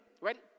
Ready